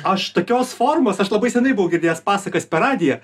aš tokios formos aš labai senai buvau girdėjęs pasakas per radiją